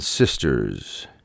Sisters